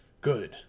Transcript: Good